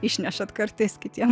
išnešat kartais kitiems